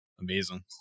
amazing